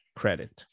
credit